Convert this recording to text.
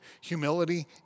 humility